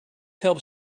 helps